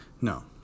No